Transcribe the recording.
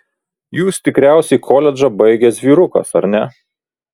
jūs tikriausiai koledžą baigęs vyrukas ar ne